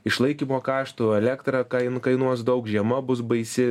išlaikymo kaštų elektra kain kainuos daug žiema bus baisi